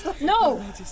No